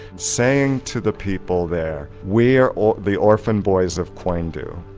saying to the people there, we're ah the orphan boys of koindu.